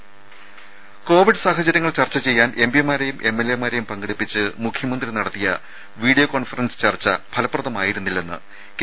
രുദ കോവിഡ് സാഹചര്യങ്ങൾ ചർച്ച ചെയ്യാൻ എംപിമാരേയും എംഎൽഎ മാരേയും പങ്കെടുപ്പിച്ച് മുഖ്യമന്ത്രി നടത്തിയ വീഡിയോ കോൺഫറൻസ് ചർച്ച ഫലപ്രദമായിരുന്നില്ലെന്ന് കെ